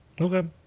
Okay